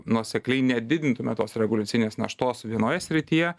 nuosekliai nedidintume tos reguliacinės naštos vienoje srityje